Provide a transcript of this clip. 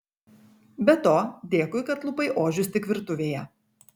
be to dėkui kad lupai ožius tik virtuvėje